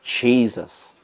Jesus